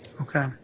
Okay